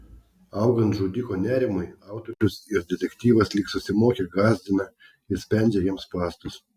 augant žudiko nerimui autorius ir detektyvas lyg susimokę gąsdina ir spendžia jam spąstus